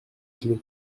clef